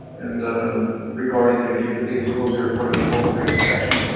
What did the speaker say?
and regarding the idea that they could close the airport on a local basis. actually,